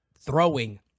throwing